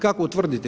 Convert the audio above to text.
Kako utvrditi?